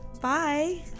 bye